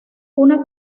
una